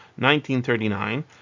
1939